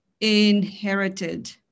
inherited